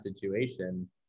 situation